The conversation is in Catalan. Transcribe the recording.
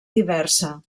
diversa